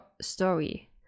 story